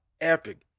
epic